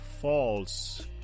false